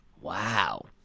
Wow